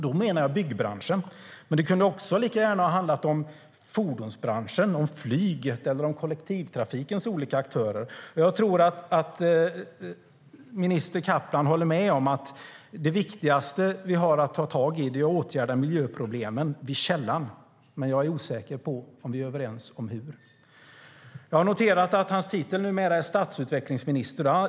Då menar jag byggbranschen, men det kunde lika gärna ha handlat om fordonsbranschen, flyget eller kollektivtrafikens olika aktörer. Jag har noterat att hans titel numera är stadsutvecklingsminister.